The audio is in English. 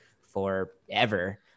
forever